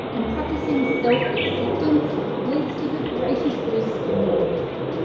and practicing self-acceptance leads to the greatest boost in well-being.